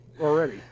already